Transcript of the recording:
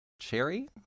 Cherry